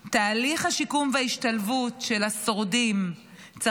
תהליך השיקום וההשתלבות של השורדים צריך